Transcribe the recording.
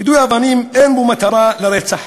יידוי אבנים, אין בו מטרה לרצח.